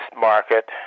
market